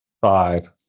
five